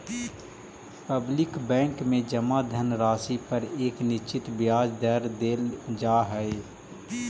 public bank में जमा धनराशि पर एक निश्चित ब्याज दर देल जा हइ